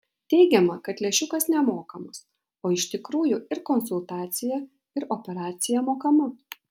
teigiama kad lęšiukas nemokamas o iš tikrųjų ir konsultacija ir operacija mokama